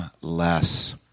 less